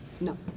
No